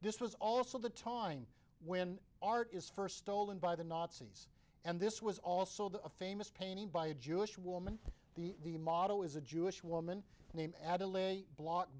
this was also the time when art is first stolen by the nazis and this was also the famous painting by a jewish woman the the model is a jewish woman named